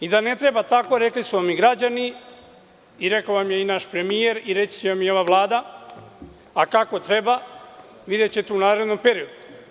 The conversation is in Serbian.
I da ne treba tako rekli su vam i građani i rekao vam je i naš premijer i reći će vam i ova Vlada, a kako treba videćete u narednom periodu.